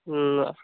ہوں